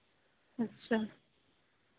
اچھا